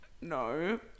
no